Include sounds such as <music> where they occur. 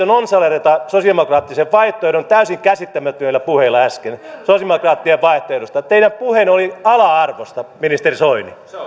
<unintelligible> nonsaleerata sosialidemokraattisen vaihtoehdon täysin käsittämättömillä puheilla äsken sosialidemokraattien vaihtoehdosta teidän puheenne oli ala arvoista ministeri soini